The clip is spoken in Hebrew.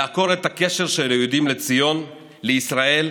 לעקור את הקשר של היהודים לציון, לישראל,